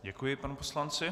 Děkuji panu poslanci.